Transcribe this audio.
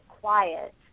quiet